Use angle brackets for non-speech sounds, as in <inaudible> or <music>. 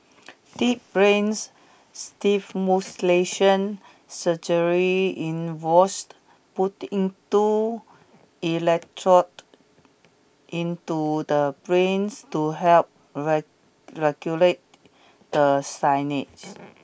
deep brains stimulation surgery involves putting two electrodes into the brains to help <unintelligible> regulate the signage